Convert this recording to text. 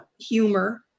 humor